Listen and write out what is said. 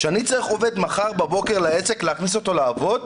כשאני צריך עובד מחר בבוקר לעסק להכניס אותו לעבוד,